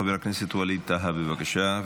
חבר הכנסת ווליד טאהא, בבקשה.